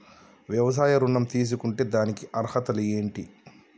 వ్యవసాయ ఋణం తీసుకుంటే దానికి అర్హతలు ఏంటి?